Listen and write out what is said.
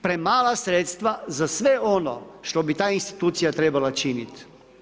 Premala sredstva za sve ono što bi ta institucija trebala činiti.